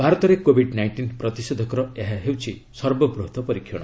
ଭାତରରେ Covid nineteen ପ୍ରତିଷେଧକର ଏହା ହେଉଛି ସର୍ବବୃହତ୍ ପରୀକ୍ଷଣ